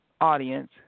audience